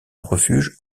refuge